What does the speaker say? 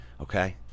okay